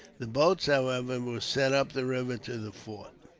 the boats, however, were sent up the river to the fort.